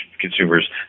consumers